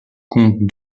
compte